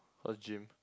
a gym